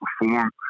perform